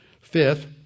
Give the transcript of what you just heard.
Fifth